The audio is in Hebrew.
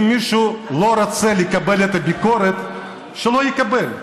אם מישהו לא רוצה לקבל את הביקורת, שלא יקבל,